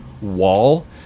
wall